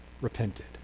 repented